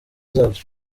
zabyo